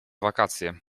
wakacje